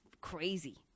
crazy